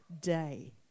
day